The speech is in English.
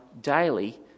daily